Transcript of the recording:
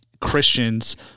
Christians